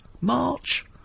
March